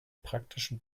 praktischen